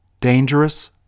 dangerous